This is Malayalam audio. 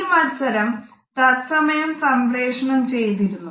ഈ മത്സരം തൽസമയം സംപ്രേഷണം ചെയ്തിരുന്നു